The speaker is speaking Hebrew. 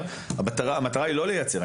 המטרה היא לא לייצר.